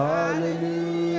Hallelujah